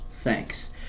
Thanks